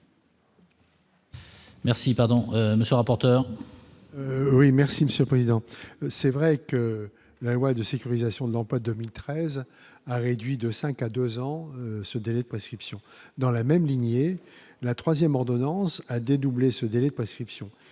Merci, pardon monsieur rapporteur. Oui, merci Monsieur le Président, c'est vrai que la loi de sécurisation de l'emploi 2013 a réduit de 5 à 2 ans ce délai de prescription dans la même lignée la 3ème ordonnance à dédoubler ce délai passé Psion,